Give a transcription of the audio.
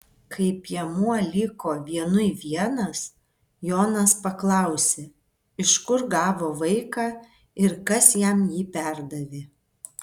kai piemuo liko vienui vienas jonas paklausė iš kur gavo vaiką ir kas jam jį perdavė